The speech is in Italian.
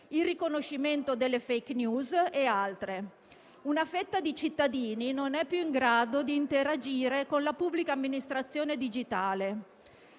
il riconoscimento delle *fake news* e altre. Una fetta di cittadini non è più in grado di interagire con la pubblica amministrazione digitale.